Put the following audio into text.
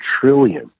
trillion